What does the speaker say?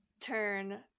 turn